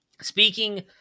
speaking